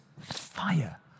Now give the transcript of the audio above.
fire